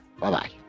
Bye-bye